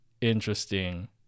interesting